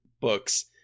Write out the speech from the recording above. Books